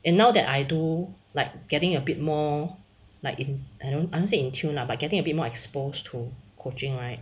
and now that I do like getting a bit more like in I don't say in tune lah but getting a bit more exposed to coaching right